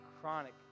chronic